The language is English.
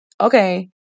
okay